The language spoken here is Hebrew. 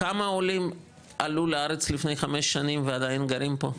כמה עולים עלו לארץ לפני 5 שנים ועדין גרים פה?